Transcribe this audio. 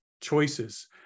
choices